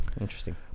Interesting